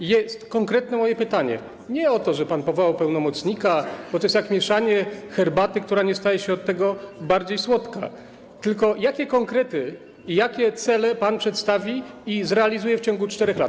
Moje konkretne pytanie jest nie o to, że pan powołał pełnomocnika, bo to jest jak mieszanie herbaty, która nie staje się od tego bardziej słodka, tylko: Jakie konkrety i jakie cele pan przedstawi i zrealizuje w ciągu 4 lat?